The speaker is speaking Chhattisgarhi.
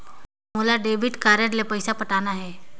मोला डेबिट कारड ले पइसा पटाना हे?